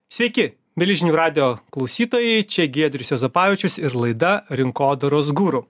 sveiki mieli žinių radijo klausytojai čia giedrius juozapavičius ir laida rinkodaros guru